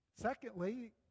Secondly